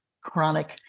chronic